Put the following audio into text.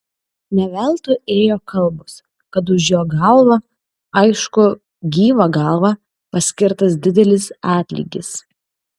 ne veltui ėjo kalbos kad už jo galvą aišku gyvą galvą paskirtas didelis atlygis